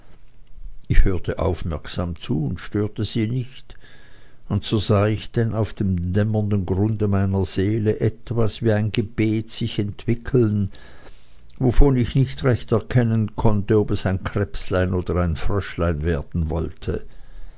ich hörte aufmerksam zu und störte sie nicht und so sah ich denn auf dem dämmernden grunde meiner seele etwas wie ein gebet sich entwickeln wovon ich nicht erkennen konnte ob es ein krebslein oder ein fröschlein werden wollte